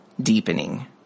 deepening